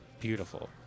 beautiful